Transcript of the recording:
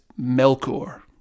Melkor